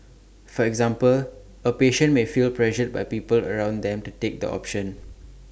for example A patient may feel pressured by people around them to take the option